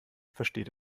versteht